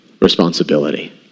responsibility